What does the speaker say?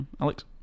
Alex